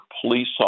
police